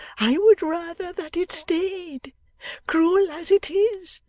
i would rather that it staid cruel as it is,